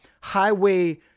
Highway